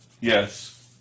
Yes